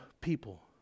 people